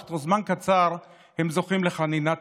אך בתוך זמן קצר הם זוכים לחנינה תמוהה.